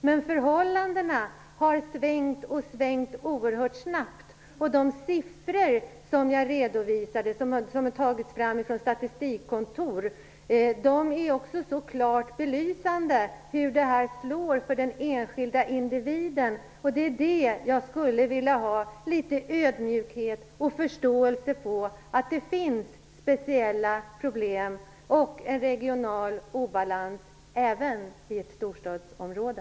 Men förhållandena har svängt oerhört snabbt. De siffror som jag redovisade -- som har tagits fram av ett statistikkontor -- belyser klart hur detta slår för den enskilde individen. Jag skulle vilja möta litet ödmjukhet och förståelse för att det finns speciella problem och en regional obalans även i ett storstadsområde.